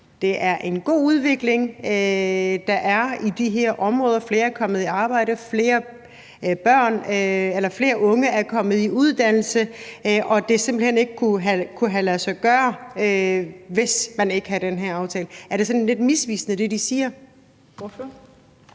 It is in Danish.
det er en god udvikling, der er i de her områder, at flere er kommet i arbejde, flere unge er kommet i uddannelse, og at det simpelt hen ikke havde kunnet lade sig gøre, hvis man ikke havde den her aftale? Er det, de siger, sådan lidt misvisende? Kl. 18:59